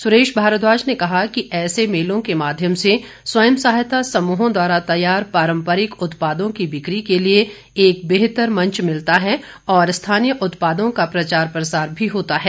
सुरेश भारद्वाज ने कहा कि ऐसे मेलों के माध्यम से स्वयं सहायता समूहों द्वारा तैयार पारम्परिक उत्पादों की बिक्री के लिए एक बेहतर मंच मिलता है और स्थानीय उत्पादों का प्रचार प्रसार भी होता है